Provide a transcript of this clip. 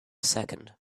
second